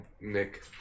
Nick